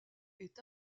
est